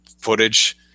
footage